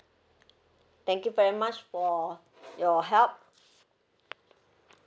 thank you very much for your help